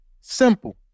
simple